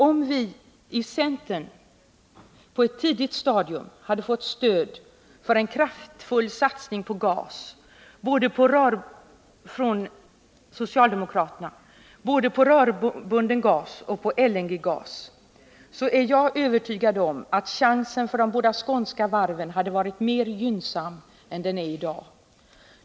Om vii centern på ett tidigt stadium hade fått stöd från socialdemokraterna för en kraftfull satsning på rörbunden gas och LNG-gas, är jag övertygad om att möjligheterna för de båda skånska varven hade varit gynnsammare än de är idag.